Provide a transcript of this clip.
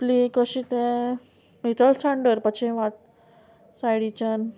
plaque कशें तें नितळसाण दवरपाचें मात सायडीच्यान